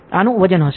આનું વજન હશે